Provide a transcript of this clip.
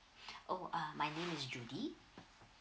oh ah my name is judy